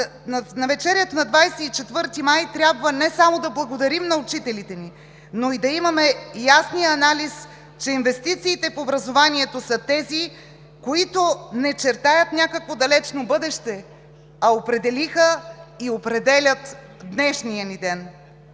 навечерието на 24 май трябва не само да благодарим на учителите ни, но и да имаме ясния анализ, че инвестициите в образованието са тези, които не чертаят някакво далечно бъдеще, а определиха и определят днешния ни ден.